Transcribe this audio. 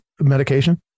medication